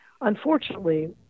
unfortunately